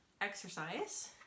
exercise